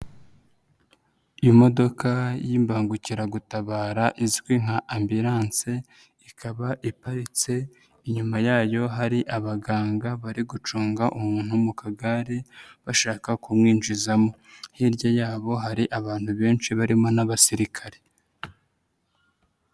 Imodoka y'imbangukiragutabara izwi nka ambulance ikaba iparitse inyuma yayo hari abaganga bari gucunga umuntu mu kagare bashaka kumwinjizamo, hirya yabo hari abantu benshi barimo n'abasirikare.